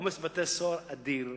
העומס בבתי-הסוהר אדיר.